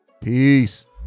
peace